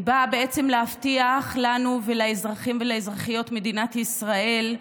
באה להבטיח לנו, ולאזרחים ולאזרחיות במדינת ישראל,